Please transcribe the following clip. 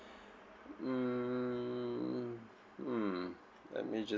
um mm let me just